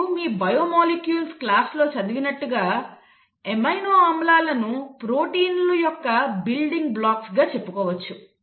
మీరు మీ biomolecules క్లాసులో చదివినట్టుగా ఎమైనో ఆమ్లాలను ప్రోటీన్ల యొక్క బిల్డింగ్ బ్లాక్స్ గా చెప్పుకోవచ్చు